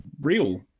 real